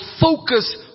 focus